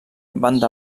banda